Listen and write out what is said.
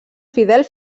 fidel